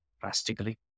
drastically